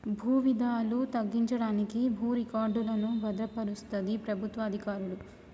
భూ వివాదాలు తగ్గించడానికి భూ రికార్డులను భద్రపరుస్తది ప్రభుత్వ అధికారులు